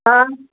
ਹਾਂ